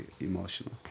emotional